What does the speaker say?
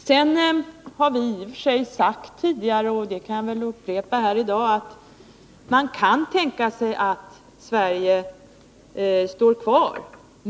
Sedan har vi i och för sig sagt förut — och det kan jag väl upprepa här i dag— att man kan tänka sig att Sverige står kvar i IDA.